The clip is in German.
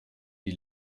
die